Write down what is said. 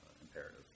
imperative